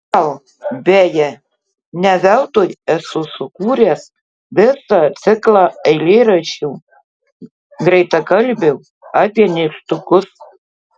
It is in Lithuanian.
gal beje ne veltui esu sukūręs visą ciklą eilėraščių greitakalbių apie nykštukus